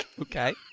Okay